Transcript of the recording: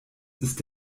ist